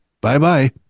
Bye-bye